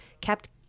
kept